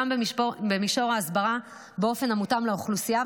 גם במישור ההסברה באופן שמותאם לאוכלוסייה,